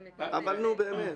יבואו.